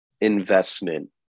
investment